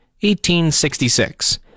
1866